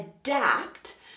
adapt